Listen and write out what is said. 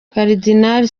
karidinali